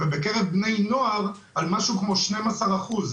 ובקרב בני נוער זה משהו כמו 12 אחוז,